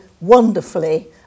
wonderfully